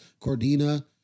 Cordina